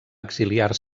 exiliar